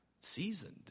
seasoned